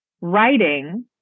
Writing